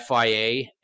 FIA